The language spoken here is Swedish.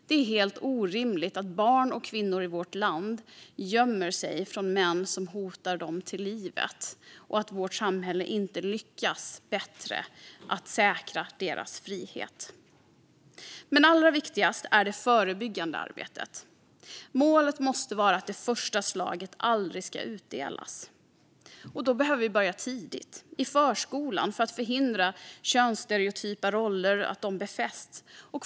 Det är helt orimligt att barn och kvinnor i vårt land gömmer sig från män som hotar dem till livet och att vårt samhälle inte lyckas bättre att säkra deras frihet. Men allra viktigast är det förebyggande arbetet. Målet måste vara att det första slaget aldrig ska utdelas. Då behöver vi börja tidigt i förskolan för att förhindra att könsstereotypa roller befästs.